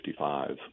1955